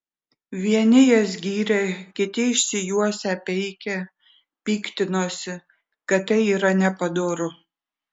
vieni jas gyrė kiti išsijuosę peikė piktinosi kad tai yra nepadoru